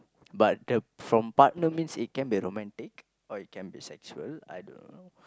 but the from partner means it can be romantic or it can be sexual I don't know